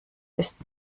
ist